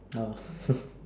oh